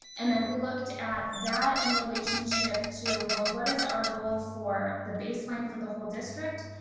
and then we looked at that in relationship to well, what is our goal for the baseline for the whole district?